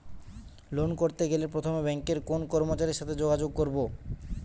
Loan করতে গেলে প্রথমে ব্যাঙ্কের কোন কর্মচারীর সাথে যোগাযোগ করব?